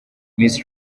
miss